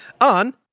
on